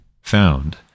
found